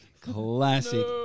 Classic